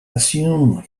assumed